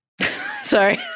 Sorry